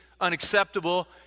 unacceptable